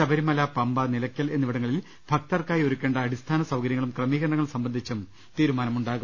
ശബരിമല പമ്പ നിലയ്ക്കൽ എന്നിവിടങ്ങളിൽ ഭക്തർക്കായി ഒരു ക്കേണ്ട അടിസ്ഥാനസൌകര്യങ്ങളും ക്രമീകരണങ്ങൾ സംബന്ധിച്ചും തീരുമാനമു ണ്ടാകും